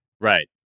Right